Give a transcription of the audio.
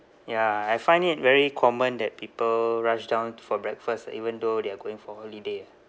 ya I find it very common that people rush down for breakfast even though they are going for holiday ah